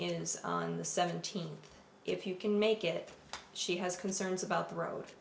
is on the seventeenth if you can make it she has concerns about the road